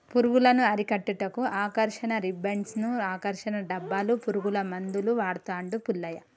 పురుగులను అరికట్టుటకు ఆకర్షణ రిబ్బన్డ్స్ను, ఆకర్షణ డబ్బాలు, పురుగుల మందులు వాడుతాండు పుల్లయ్య